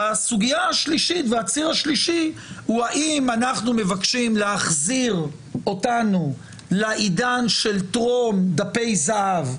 הציר השלישי הוא האם אנחנו מבקשים להחזיר אותנו לעידן של טרום דפי זהב,